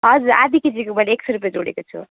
हजुर आधी केजीको मैले एक सौ रुपियाँ जोडेको छु